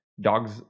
dogs